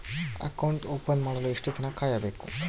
Account open ಮಾಡಲು ಎಷ್ಟು ದಿನ ಕಾಯಬೇಕು?